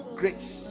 grace